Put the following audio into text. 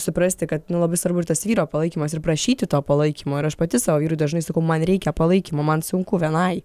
suprasti kad nu labai svarbu ir tas vyro palaikymas ir prašyti to palaikymo ir aš pati sau vyrui dažnai sakau man reikia palaikymo man sunku vienai